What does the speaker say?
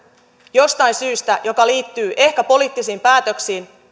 jostain syystä joka liittyy ehkä poliittisiin päätöksiin